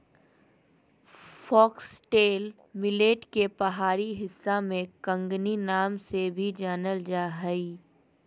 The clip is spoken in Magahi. फॉक्सटेल मिलेट के पहाड़ी हिस्सा में कंगनी नाम से भी जानल जा हइ